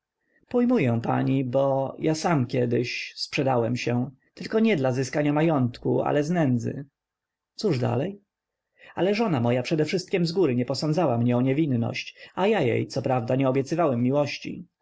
pojmuję pani bo ja sam kiedyś sprzedałem się tylko nie dla zyskania majątku ale z nędzy cóż dalej ale żona moja przedewszystkiem zgóry nie posądzała mnie o niewinność a ja jej coprawda nie obiecywałem miłości